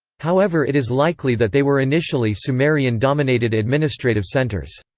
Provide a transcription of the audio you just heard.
however it is likely that they were initially sumerian-dominated administrative centres.